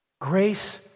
grace